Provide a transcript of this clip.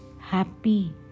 happy